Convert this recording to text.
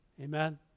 Amen